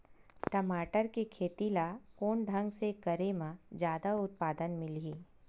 टमाटर के खेती ला कोन ढंग से करे म जादा उत्पादन मिलही?